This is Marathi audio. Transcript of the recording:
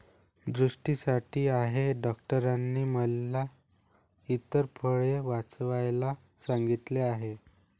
दृष्टीसाठी आहे डॉक्टरांनी मला इतर फळे वाचवायला सांगितले आहे